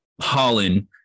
Holland